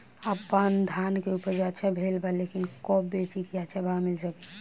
आपनधान के उपज अच्छा भेल बा लेकिन कब बेची कि अच्छा भाव मिल सके?